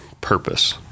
purpose